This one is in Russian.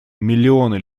миллионы